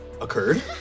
occurred